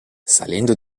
salendo